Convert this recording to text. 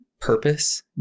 purpose